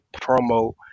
promo